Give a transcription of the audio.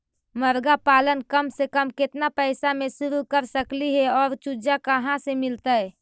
मरगा पालन कम से कम केतना पैसा में शुरू कर सकली हे और चुजा कहा से मिलतै?